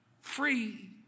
free